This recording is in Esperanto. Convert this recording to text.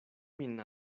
min